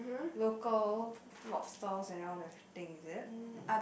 local lobsters and all the thing is it